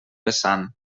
vessant